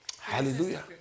Hallelujah